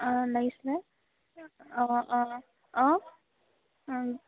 অঁ লাইছিলে অঁ অঁ অঁ